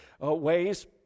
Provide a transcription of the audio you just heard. ways